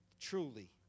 truly